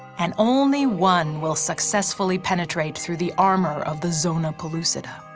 and only one will successfully penetrate through the armor of the zona pellucida.